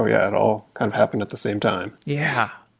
yeah, it all kind of happen at the same time yeah.